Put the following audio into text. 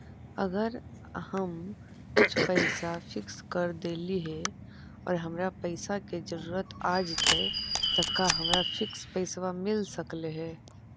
अगर हम कुछ पैसा फिक्स कर देली हे और हमरा पैसा के जरुरत आ जितै त का हमरा फिक्स पैसबा मिल सकले हे?